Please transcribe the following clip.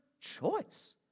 choice